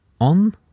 on